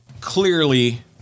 Clearly